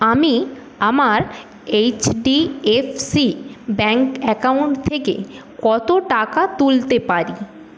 আমি আমার HDFC bank account থেকে কত টাকা তুলতে পারি